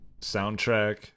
Soundtrack